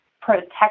protect